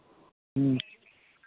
ह्म्म